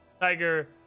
Tiger